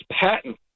patent